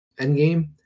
Endgame